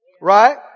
Right